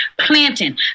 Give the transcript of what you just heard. planting